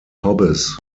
hobbes